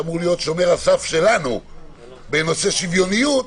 שאמור להיות שומר הסף שלנו בנושא שוויוניות.